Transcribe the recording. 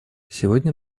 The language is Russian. сегодня